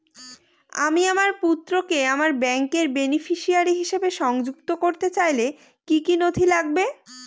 আমি আমার পুত্রকে আমার ব্যাংকের বেনিফিসিয়ারি হিসেবে সংযুক্ত করতে চাইলে কি কী নথি লাগবে?